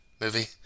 movie